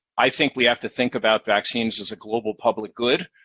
i think we have to think about vaccines as a global public good.